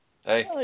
Hey